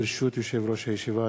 ברשות יושב-ראש הישיבה,